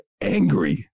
angry